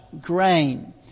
grain